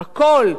הכול.